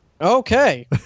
Okay